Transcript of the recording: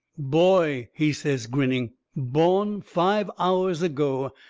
boy, he says, grinning, bo'n five hours ago.